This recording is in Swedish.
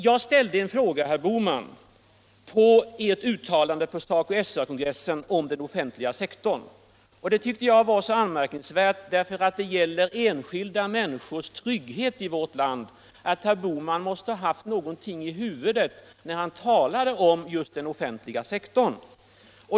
Jag ställde en fråga med anledning av herr Bohmans uttalande på SACO/SR-kongressen om den offentliga sektorn. Det uttalandet var anmärkningsvärt, därför att det gällde enskilda människors trygghet i vårt land. Herr Bohman måste väl ha haft någonting i tankarna när han talade om den offentliga sektorn.